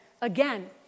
Again